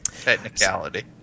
Technicality